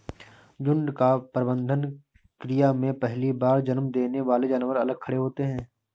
झुंड का प्रबंधन क्रिया में पहली बार जन्म देने वाले जानवर अलग खड़े होते हैं